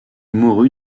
mourut